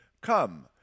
Come